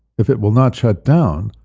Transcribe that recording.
if it will not shut down,